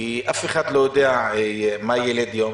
כי אף אחד לא יודע מה ילד יום,